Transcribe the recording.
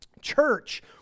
church